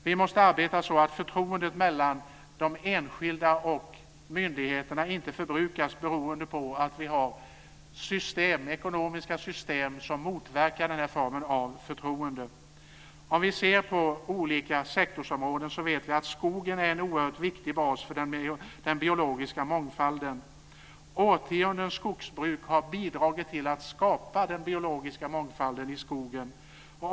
Vi måste arbeta så att förtroendet mellan de enskilda och myndigheterna inte förbrukas beroende på att vi har ekonomiska system som motverkar den här formen av förtroende. Om vi ser på olika sektorsområden så vet vi att skogen är en oerhört viktig bas för den biologiska mångfalden. Årtionden av skogsbruk har bidragit till att skapa den biologiska mångfalden i skogen.